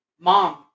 mom